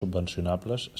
subvencionables